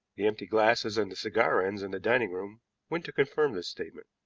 the empty glasses and the cigar ends in the dining room went to confirm this statement.